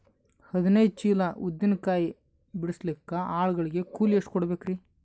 ಹದಿನೈದು ಚೀಲ ಉದ್ದಿನ ಕಾಯಿ ಬಿಡಸಲಿಕ ಆಳು ಗಳಿಗೆ ಕೂಲಿ ಎಷ್ಟು ಕೂಡಬೆಕರೀ?